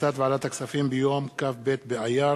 החלטת ועדת הכספים ביום כ"ב באייר